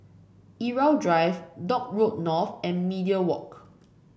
Irau Drive Dock Road North and Media Walk